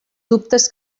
dubtes